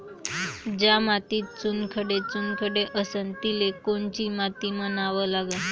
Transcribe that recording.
ज्या मातीत चुनखडे चुनखडे असन तिले कोनची माती म्हना लागन?